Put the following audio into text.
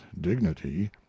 dignity